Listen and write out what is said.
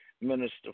Minister